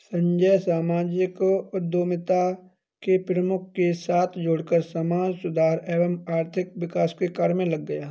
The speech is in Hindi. संजय सामाजिक उद्यमिता के प्रमुख के साथ जुड़कर समाज सुधार एवं आर्थिक विकास के कार्य मे लग गया